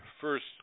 first